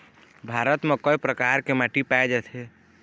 भारत म कय प्रकार के माटी पाए जाथे?